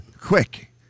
quick